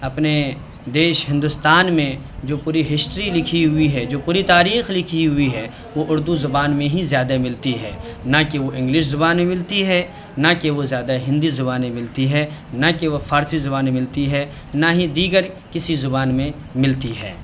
اپنے دیش ہندوستان میں جو پوری ہسٹری لکھی ہوئی ہے جو پوری تاریخ لکھی ہوئی ہے وہ اردو زبان میں ہی زیادہ ملتی ہے نہ کہ وہ انگلش زبان میں ملتی ہے نہ کہ وہ زیادہ ہندی زبان میں ملتی ہے نہ کہ وہ فارسی زبان میں ملتی ہے نہ ہی دیگر کسی زبان میں ملتی ہے